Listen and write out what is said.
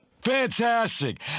Fantastic